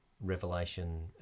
revelation